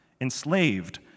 enslaved